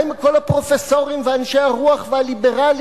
מה עם כל הפרופסורים ואנשי הרוח והליברלים?